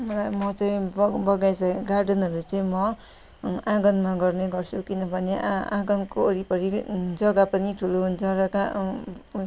म म चाहिँ बगैँचा गार्डनहरू चाहिँ म आँगनमा गर्ने गर्छु किनभने आ आँगनको वरिपरि नै जग्गा पनि ठुलो हुन्छ र गा